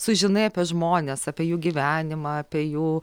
sužinai apie žmones apie jų gyvenimą apie jų